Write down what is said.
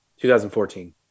2014